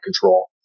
control